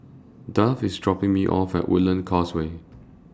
Duff IS dropping Me off At Woodlands Causeway